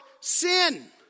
sin